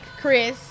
Chris